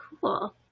Cool